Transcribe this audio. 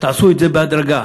תעשו את זה בהדרגה,